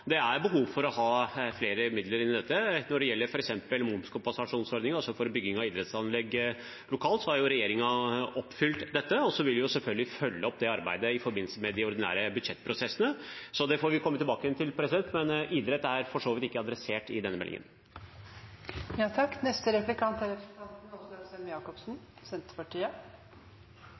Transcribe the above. det er behov for flere midler til dette. Når det gjelder f.eks. momskompensasjonsordningen for bygging av idrettsanlegg lokalt, har regjeringen oppfylt dette, og så vil vi selvfølgelig følge opp det arbeidet i forbindelse med de ordinære budsjettprosessene. Så det får vi komme tilbake til, men idrett er for så vidt ikke adressert i denne